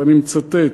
ואני מצטט: